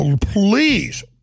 Please